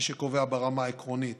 מי שקובע ברמה העקרונית